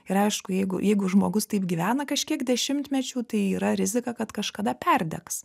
ir aišku jeigu jeigu žmogus taip gyvena kažkiek dešimtmečių tai yra rizika kad kažkada perdegs